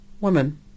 Women